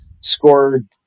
Scored